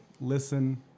listen